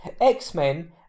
x-men